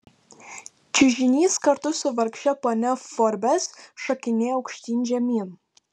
čiužinys kartu su vargše ponia forbes šokinėjo aukštyn žemyn